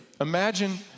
Imagine